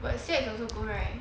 but C X also go right